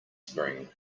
spring